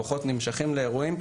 כוחות נמשכים לאירועים.